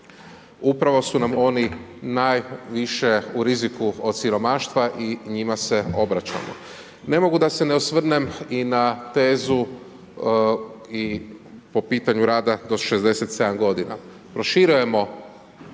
Upravo su nam oni najviše u riziku od siromaštva i njima se obraćamo. Ne mogu da se ne osvrnem i na tezu i po pitanju rada do 67 godina proširujemo